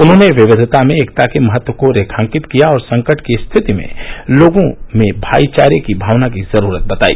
उन्होंने विविधता में एकता के महत्व को रेखांकित किया और संकट की रिथति में लोगों में भाई चारे की भावना की जरूरत बताई